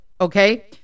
Okay